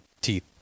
teeth